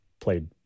played